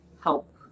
help